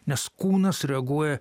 nes kūnas reaguoja